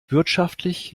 wirtschaftlich